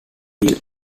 deal